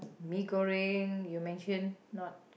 mee-goreng you mention not